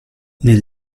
nel